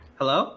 Hello